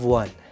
one